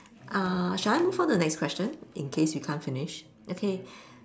uh shall I move onto the next question in case we can't finish okay